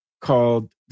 called